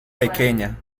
pequeña